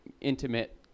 intimate